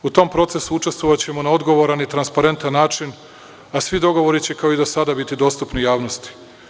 U tom procesu učestvovaćemo na odgovoran i transparentan način, a svi dogovori će kao i do sada biti dostupni javnosti.